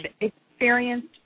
experienced